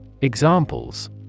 Examples